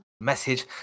message